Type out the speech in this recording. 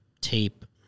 tape